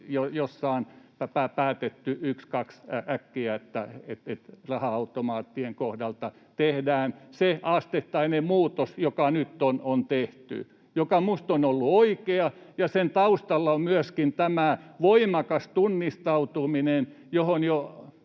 jossain päätetty ykskaks äkkiä, että raha-automaattien kohdalla tehdään se asteittainen muutos, joka nyt on tehty ja joka minusta on ollut oikea. Sen taustalla on myöskin tämä voimakas tunnistautuminen,